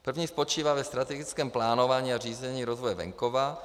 První spočívá ve strategickém plánování a řízení rozvoje venkova.